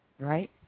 Right